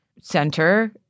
Center